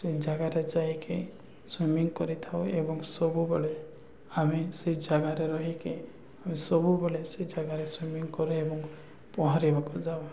ସେହି ଜାଗାରେ ଯାଇକି ସୁଇମିଙ୍ଗ କରିଥାଉ ଏବଂ ସବୁବେଳେ ଆମେ ସେ ଜାଗାରେ ରହିକି ଆମେ ସବୁବେଳେ ସେ ଜାଗାରେ ସୁଇମିଙ୍ଗ କରୁ ଏବଂ ପହଁରିବାକୁ ଯାଉ